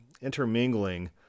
intermingling